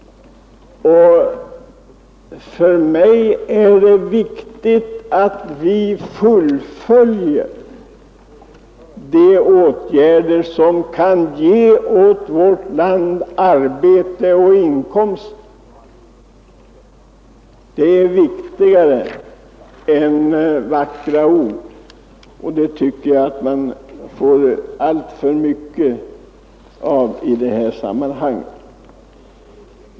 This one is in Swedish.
Att vi fullföljer de åtgärder som kan ge vårt land arbete och inkomster är för mig viktigare än vackra ord — sådana tycker jag att man får alldeles för mycket av i det här sammanhanget.